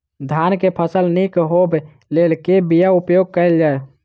धान केँ फसल निक होब लेल केँ बीया उपयोग कैल जाय?